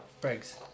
Briggs